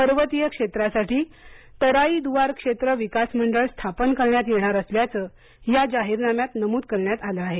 पर्वतीय क्षेत्रासाठी तराई द्आर क्षेत्र विकास मंडळ स्थापन करण्यात येणार असल्याचं या जाहीरनाम्यात नमूद करण्यात आलं आहे